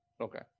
Okay